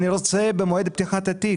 אני רוצה במועד פתיחת התיק.